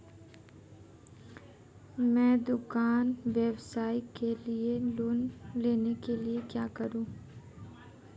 मैं दुकान व्यवसाय के लिए लोंन लेने के लिए क्या करूं?